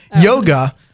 yoga